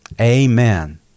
amen